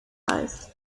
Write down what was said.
kreist